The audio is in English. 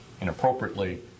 inappropriately